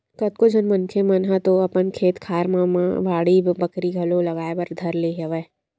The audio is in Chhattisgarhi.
कतको झन मनखे मन ह तो अपन खेत खार मन म बाड़ी बखरी घलो लगाए बर धर ले हवय